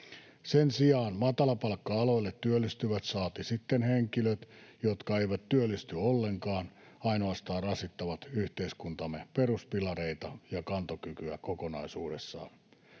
Sen sijaan matalapalkka-aloille työllistyvät, saati sitten henkilöt, jotka eivät työllisty ollenkaan, ainoastaan rasittavat yhteiskuntamme peruspilareita ja kantokykyä kokonaisuudessaan.